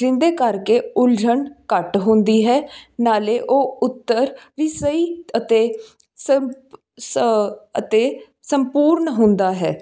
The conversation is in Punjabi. ਜਿਹਦੇ ਕਰਕੇ ਉਲਝਨ ਘੱਟ ਹੁੰਦੀ ਹੈ ਨਾਲੇ ਉਹ ਉੱਤਰ ਵੀ ਸਹੀ ਅਤੇ ਸੰਪ ਸ ਅਤੇ ਸੰਪੂਰਨ ਹੁੰਦਾ ਹੈ